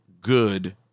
good